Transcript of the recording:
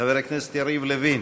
חבר הכנסת יריב לוין.